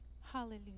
Hallelujah